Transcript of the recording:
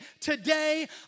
today